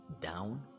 down